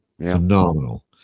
phenomenal